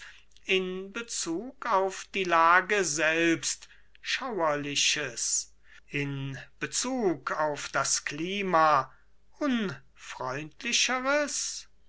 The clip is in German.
in bezug auf die lage selbst schauerliches in bezug auf das klima unfreundlicheres